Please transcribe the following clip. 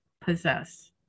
possess